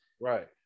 Right